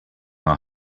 are